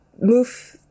move